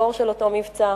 הגיבור של אותו מבצע.